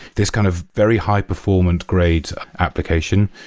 this kind of very high performant grade application,